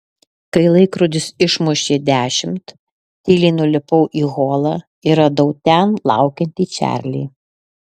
kai laikrodis išmušė dešimt tyliai nulipau į holą ir radau ten laukiantį čarlį